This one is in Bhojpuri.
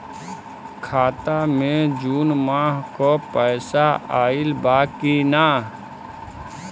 खाता मे जून माह क पैसा आईल बा की ना?